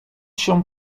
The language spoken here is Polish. się